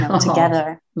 together